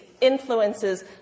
influences